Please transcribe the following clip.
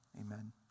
Amen